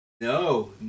no